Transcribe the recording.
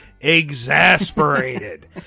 exasperated